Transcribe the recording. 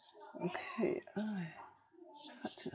okay !hais! part two